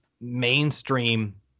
mainstream